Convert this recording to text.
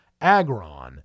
Agron